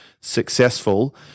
successful